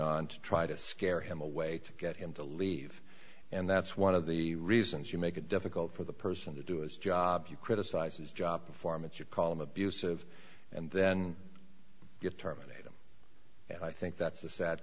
on to try to scare him away to get him to leave and that's one of the reasons you make it difficult for the person to do his job you criticize his job performance your column abusive and then you terminate them and i think that's a sad